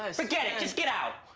ah forget it, just get out.